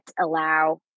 allow